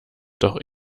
doch